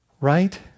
Right